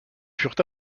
furent